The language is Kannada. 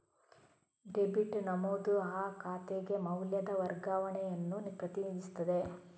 ಡೆಬಿಟ್ ನಮೂದು ಆ ಖಾತೆಗೆ ಮೌಲ್ಯದ ವರ್ಗಾವಣೆಯನ್ನು ಪ್ರತಿನಿಧಿಸುತ್ತದೆ